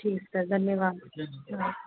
ठीक है सर धन्यवाद हाँ